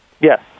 Yes